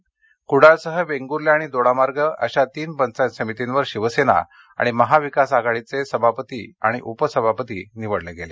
तर कुडाळसह वेंगुले आणि दोडामार्ग अशा तीन पंचायत समितीवर शिवसेना आणि महाविकास आघाडीचे सभापती उपसभापती निवडले गेले